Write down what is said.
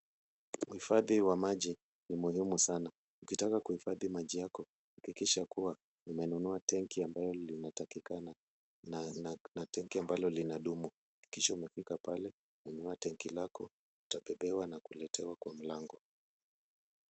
Uhifahi wa maji ni muhimu sana. Ukitaka kuhifadhi maji yako, hakikisha kuwa umenunua tanki ambayo linatakikana na tanki ambalo linadumu. Hakikisha umefika pale, nunua tanki lako, utabebewa na kuletewa kwa mlango.